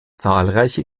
zahlreiche